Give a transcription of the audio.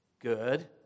Good